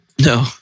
No